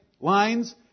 lines